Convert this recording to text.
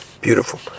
Beautiful